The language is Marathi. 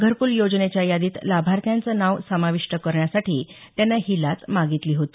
घरकूल योजनेच्या यादीत लाभार्थ्याचं नाव समाविष्ट करण्यासाठी त्यानं ही लाच मागितली होती